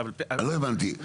לא הבנתי.